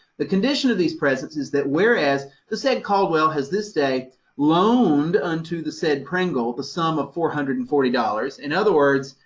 the condition of these presents is that whereas the said caldwell has this day loaned unto the said pringle, the sum of four hundred and forty dollars. in other words,